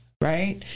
right